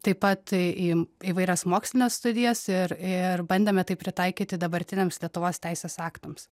taip pat į įvairias mokslines studijas ir ir bandėme tai pritaikyti dabartiniams lietuvos teisės aktams